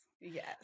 Yes